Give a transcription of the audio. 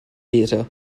theatre